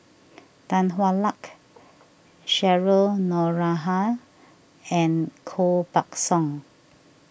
Tan Hwa Luck Cheryl Noronha and Koh Buck Song